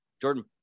Jordan